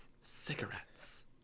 Cigarettes